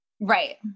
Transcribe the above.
right